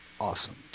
awesome